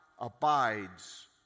abides